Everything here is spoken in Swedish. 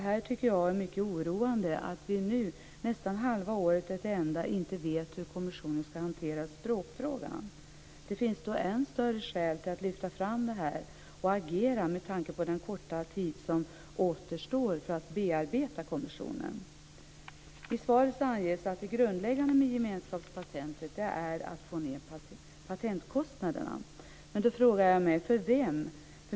Jag tycker att det är mycket oroande att vi, när nästan halva året är till ända, inte vet hur kommissionen skall hantera språkfrågan. Då finns det än större skäl att man lyfter fram det här och agerar, med tanke på den korta tid som återstår, för att bearbeta kommissionen. I svaret anges att en grundläggande tanke med gemenskapspatentet är att man skall få ned patentkostnaderna. Jag frågar mig: För vem?